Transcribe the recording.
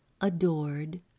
adored